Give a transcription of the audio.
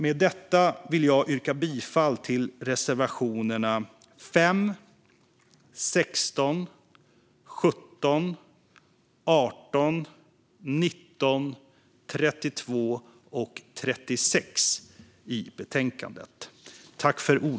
Med detta vill jag yrka bifall till reservationerna 5, 16, 17, 18, 19, 32 och 36 i betänkandet. Jag har diskuterat detta.